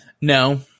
No